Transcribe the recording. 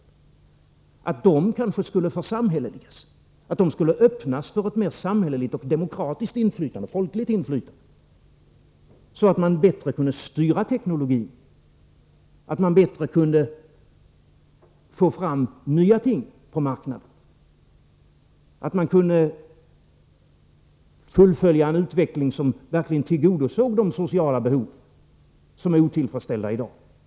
Dessa maktkoncentrationer kanske skulle församhälleligas, öppnas för ett mer samhälleligt och demokratiskt inflytande, för ett folkligt inflytande, så att man bättre kunde styra teknologin. Man skulle då kanske kunna få fram nya ting på marknaderna och fullfölja en utveckling som verkligen tillgodosåg de sociala behov som är otillfredsställda i dag.